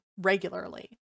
regularly